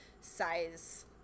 size